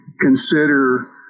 Consider